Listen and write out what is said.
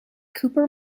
cooper